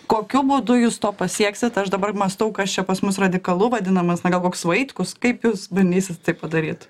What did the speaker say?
kokiu būdu jūs to pasieksit aš dabar mąstau kas čia pas mus radikalu vadinamas na gal koks vaitkus kaip jūs bandysit tai padaryt